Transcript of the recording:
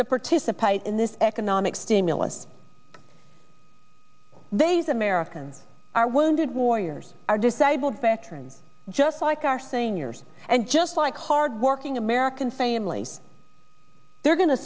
to participate in this economic stimulus theys americans our wounded warriors are disabled veteran just like our seniors and just like hardworking american families they're go